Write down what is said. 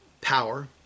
power